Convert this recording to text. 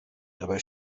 dabei